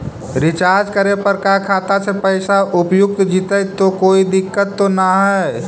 Recharge करे पर का खाता से पैसा उपयुक्त जितै तो कोई दिक्कत तो ना है?